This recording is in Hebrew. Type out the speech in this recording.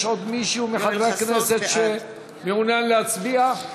יש עוד מישהו מחברי הכנסת שמעוניין להצביע?